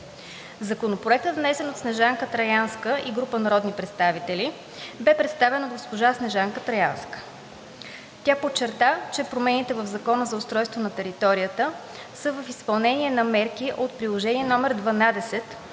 Законопроектът, внесен от Снежанка Троянска и група народни представители, бе представен от госпожа Снежанка Троянска. Тя подчерта, че промените в Закона за устройство на територията са в изпълнение на мерки от Приложение № 12